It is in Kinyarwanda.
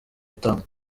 gutangwa